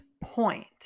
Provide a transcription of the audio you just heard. point